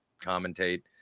commentate